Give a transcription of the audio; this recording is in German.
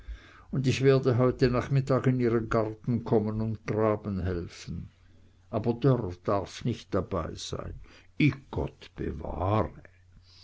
und ich werde heut nachmittag in ihren garten kommen und graben helfen aber dörr darf nicht dabeisein i gott bewahre